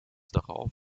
darauf